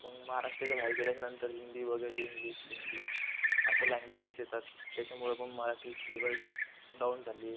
मग महाराष्ट्राच्या बाहेर गेल्यानंतर हिंदी वगैरे इंग्लिश बिंग्लिश अशा लँग्वेजेस येतात त्याच्यामुळं पण मराठी थोडीफार डाऊन झाली आहे